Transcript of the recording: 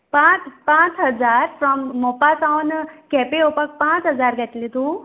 पांच पांच हजार फ्रोम मोपा सावन केप्यां येवपा पांच हजार घेतलें तूं